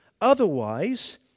Otherwise